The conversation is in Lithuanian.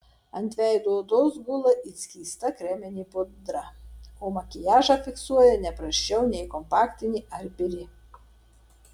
ant veido odos gula it skysta kreminė pudra o makiažą fiksuoja ne prasčiau nei kompaktinė ar biri